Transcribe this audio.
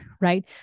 right